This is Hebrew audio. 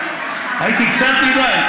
היית קצת מדי.